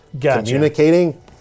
communicating